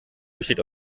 besteht